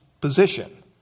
position